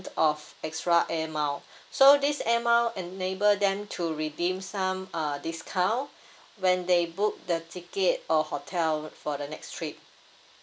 of extra air mile so this air mile enable them to redeem some uh discount when they book the ticket or hotel for the next trip